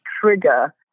trigger